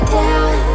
down